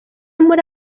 muri